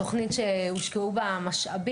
זו תוכנית שהושקעו בה משאבים,